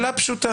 תשובה פשוטה.